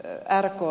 ja jarkko